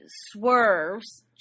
swerves